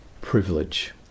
privilege